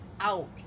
out